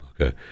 Okay